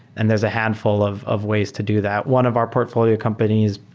and there's a handful of of ways to do that. one of our portfolio companies,